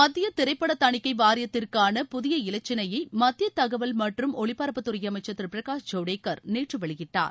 மத்திய திரைப்பட தணிக்கை வாரியத்திற்கான புதிய இலச்சினையை மத்திய தகவல் மற்றும் ஒலிபரப்புத்துறை அமைச்சர் திரு பிரகாஷ் ஜவ்டேகர் நேற்று வெளியிட்டார்